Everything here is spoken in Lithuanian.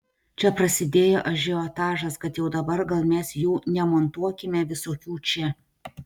čia prasidėjo ažiotažas kad jau dabar gal mes jų nemontuokime visokių čia